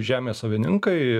žemės savininkai